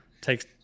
takes